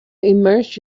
immerse